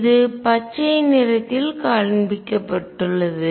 இது பச்சை நிறத்தில் காண்பிக்கப்பட்டுள்ளது